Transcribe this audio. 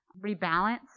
rebalance